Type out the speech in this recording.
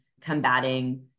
combating